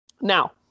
Now